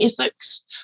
ethics